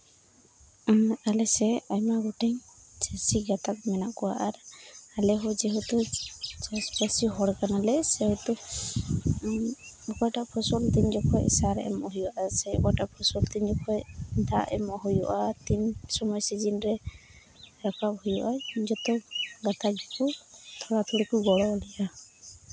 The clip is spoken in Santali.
ᱟᱞᱮ ᱥᱮᱫ ᱟᱭᱢᱟ ᱜᱚᱴᱮᱱ ᱪᱟᱹᱥᱤ ᱜᱟᱛᱟᱠ ᱢᱮᱱᱟᱜ ᱠᱚᱣᱟ ᱟᱨ ᱟᱞᱮᱦᱚᱸ ᱡᱮᱦᱮᱛᱩ ᱪᱟᱥ ᱪᱟᱹᱥᱤ ᱦᱚᱲ ᱠᱟᱱᱟᱞᱮ ᱥᱮᱦᱮᱛᱩ ᱚᱠᱟᱴᱟᱜ ᱯᱷᱚᱥᱚᱞ ᱛᱤᱱ ᱡᱚᱠᱷᱚᱱ ᱥᱟᱨ ᱮᱢᱚᱜ ᱦᱩᱭᱩᱜᱼᱟ ᱥᱮ ᱚᱠᱟᱴᱟᱜ ᱯᱷᱚᱥᱚᱞ ᱛᱤᱱ ᱡᱚᱠᱷᱚᱡ ᱫᱟᱜ ᱮᱢᱚᱜ ᱦᱩᱭᱩᱜᱼᱟ ᱛᱤᱱ ᱥᱚᱢᱚᱭ ᱥᱤᱡᱤᱱ ᱨᱮ ᱨᱟᱠᱟᱵᱽ ᱦᱩᱭᱩᱜᱼᱟ ᱡᱚᱛᱚ ᱜᱟᱛᱟᱠ ᱜᱮᱠᱚ ᱛᱷᱚᱲᱟ ᱛᱷᱩᱲᱤ ᱠᱚ ᱜᱚᱲᱚᱣ ᱞᱮᱭᱟ